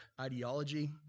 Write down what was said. ideology